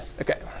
Okay